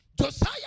Josiah